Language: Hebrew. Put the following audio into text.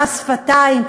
מס שפתיים: